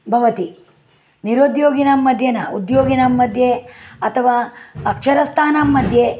भवति निरुद्योगिनां मध्ये न उद्योगिनां मध्ये अथवा अक्षरस्थानां मध्ये